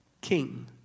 King